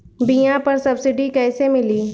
बीया पर सब्सिडी कैसे मिली?